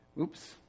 Oops